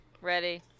ready